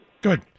Good